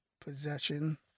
possession